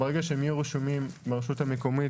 ברגע שהם יהיו רשומים ברשות המקומית